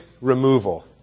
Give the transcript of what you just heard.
removal